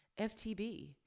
FTB